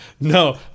No